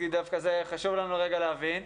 חשוב לנו להבין.